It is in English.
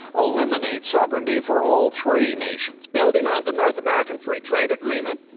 eliminate sovereignty for all three nations. building on the north american free trade agreement,